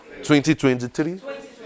2023